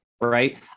right